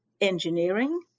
engineering